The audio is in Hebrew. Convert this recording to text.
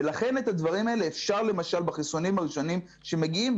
ולכן את הדברים האלה אפשר למשל בחיסונים הראשונים שמגיעים,